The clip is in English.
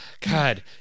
God